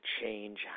change